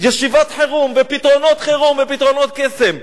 ישיבות חירום ופתרונות חירום ופתרונות קסם.